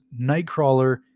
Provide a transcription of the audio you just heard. Nightcrawler